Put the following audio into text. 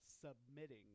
submitting